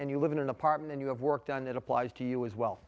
and you live in an apartment and you have work done it applies to you as well